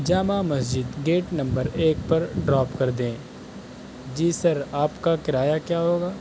جامع Masjid gate number ایک پر drop کر دیں جی سر آپ کا کرایہ کیا ہوگا